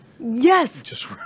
Yes